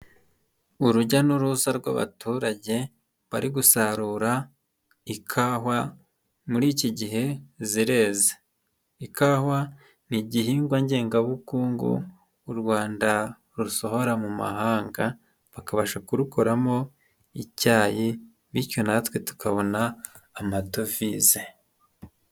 Urujya n'uruza rw'abaturage bari gusarura ikawa muri iki gihe zireze, ikawa ni igihingwa ngengabukungu u Rwanda rusohora mu mahanga, bakabasha kurukoramo icyayi bityo natwe tukabona amadovize.